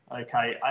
Okay